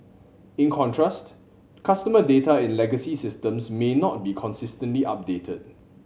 in contrast customer data in legacy systems may not be consistently updated